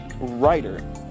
writer